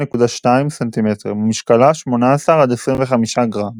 8.2-7 ומשקלה 18–25 גרם.